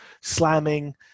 slamming